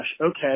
Okay